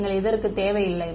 நீங்கள் இதற்க்கு தேவையில்லை